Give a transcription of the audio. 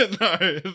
No